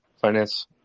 finance